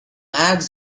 ads